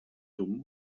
dumm